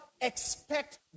expect